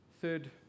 Third